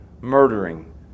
Murdering